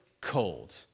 cold